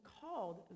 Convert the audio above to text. called